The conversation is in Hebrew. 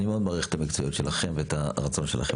אני מאוד מעריך את המקצועיות שלכם ואת הרצון שלכם,